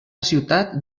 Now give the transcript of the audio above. ciutat